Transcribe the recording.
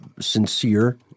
sincere